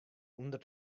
ûnder